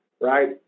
right